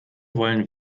wollen